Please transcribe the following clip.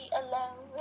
alone